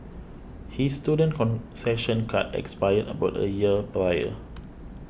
his student concession card expired about a year prior